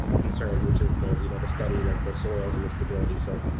concerns, which is the you know the study that the soils and the stability so,